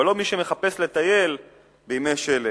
אבל לא מי שמחפש לטייל בימי שלג.